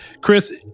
chris